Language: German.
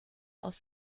aus